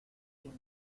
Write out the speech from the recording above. quien